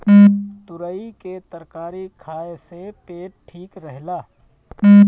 तुरई के तरकारी खाए से पेट ठीक रहेला